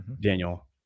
Daniel